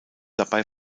dabei